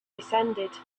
descended